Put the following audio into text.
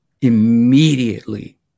immediately